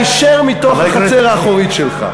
היישר מתוך החצר האחורית שלך.